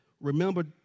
remember